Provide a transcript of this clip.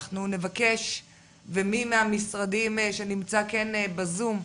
מי מהמשרדים שנמצא בזום,